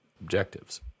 objectives